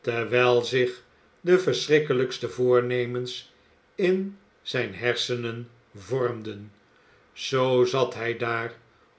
terwijl zich de verschrikkelijkste voornemens in zijne hersenen vormden zoo zat hij daar